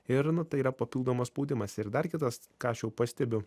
ir nu tai yra papildomas spaudimas ir dar kitas ką aš jau pastebiu